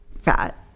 fat